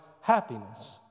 happiness